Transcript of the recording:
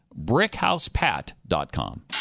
BrickHousePat.com